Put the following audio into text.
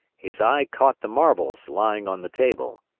his eye caught the marbles lying on the table.